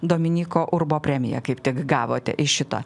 dominyko urbo premiją kaip tik gavote iš šito